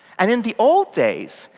and in the old days,